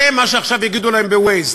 זה מה שעכשיו יגידו להם ב-Waze,